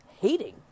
hating